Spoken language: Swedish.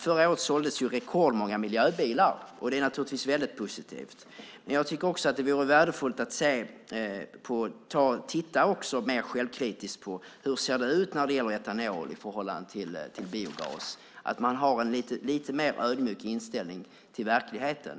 Förra året såldes rekordmånga miljöbilar. Det är naturligtvis positivt. Men det vore också värdefullt att titta mer självkritiskt på hur det ser ut när det gäller etanol i förhållande till biogas. Man ska ha en mer ödmjuk inställning till verkligheten.